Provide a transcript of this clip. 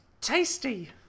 tasty